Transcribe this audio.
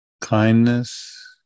kindness